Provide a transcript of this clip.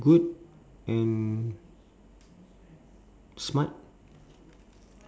good and smart